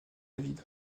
david